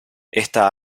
esta